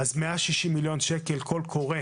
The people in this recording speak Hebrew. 160 מיליון שקל קול קורא